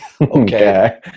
Okay